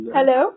Hello